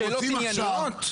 שאלות ענייניות.